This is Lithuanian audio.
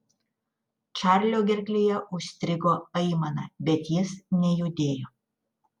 čarlio gerklėje užstrigo aimana bet jis nejudėjo